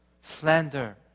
slander